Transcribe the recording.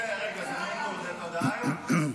רגע, אדוני, מישהו הנדס תודעה היום?